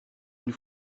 une